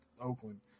Oakland